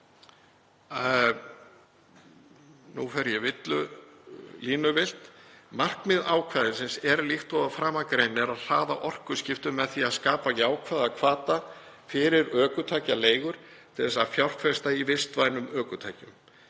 ári og 25% árið 2022. Markmið ákvæðisins er líkt og að framan greinir að hraða orkuskiptum með því að skapa jákvæða hvata fyrir ökutækjaleigur til þess að fjárfesta í vistvænum ökutækjum.